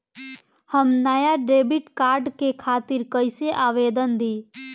हम नया debit card के खातिर कइसे आवेदन दीं?